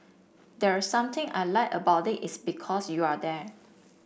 there's something I like about it because you're there